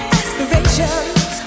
aspirations